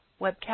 webcast